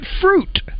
fruit